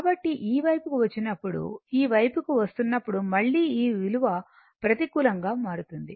కాబట్టి ఈ వైపుకు వచ్చినప్పుడు ఈ వైపుకు వస్తున్నప్పుడు మళ్ళీ ఈ విలువ ప్రతికూలంగా మారుతుంది